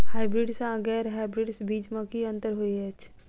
Hybrids आ गैर hybrids बीज म की अंतर होइ अछि?